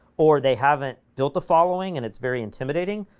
or they haven't built a following, and it's very intimidating,